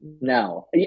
no